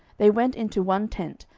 they went into one tent,